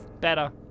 Better